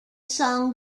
song